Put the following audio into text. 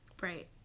Right